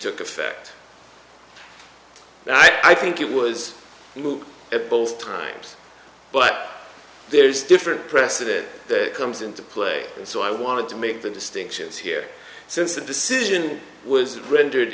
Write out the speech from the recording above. took effect i think it was move it both times but there's different precedent that comes into play so i wanted to make the distinctions here since the decision was rendered